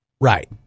Right